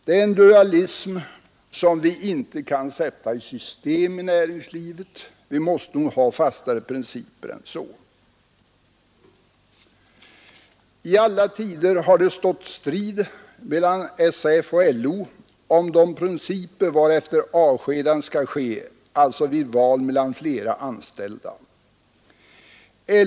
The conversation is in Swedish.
Det är en dualism som vi inte kan sätta i system i näringslivet. Vi måste ha fastare principer än så. I alla tider har strid stått mellan SAF och LO om de principer varefter partiella avskedanden skall ske vid val mellan flera anställda.